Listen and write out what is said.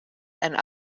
and